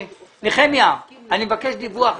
נחמיה, אני מבקש דיווח.